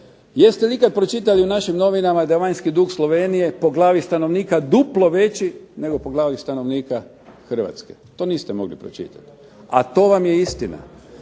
Jeste li ikad pročitali u našim novinama da je vanjski dug Slovenije po glavi stanovnika duplo veći nego po glavi stanovnika Hrvatske? To niste mogli pročitati. A to vam je istina.